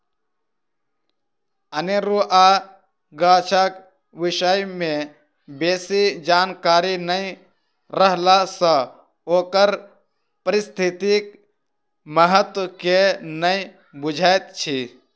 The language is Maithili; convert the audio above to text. अनेरुआ गाछक विषय मे बेसी जानकारी नै रहला सँ ओकर पारिस्थितिक महत्व के नै बुझैत छी